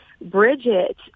Bridget